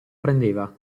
prendeva